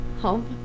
Home